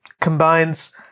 combines